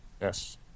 Yes